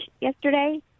yesterday